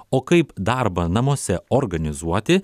o kaip darbą namuose organizuoti